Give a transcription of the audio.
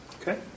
Okay